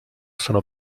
sono